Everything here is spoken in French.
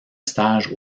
stage